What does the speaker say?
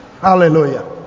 hallelujah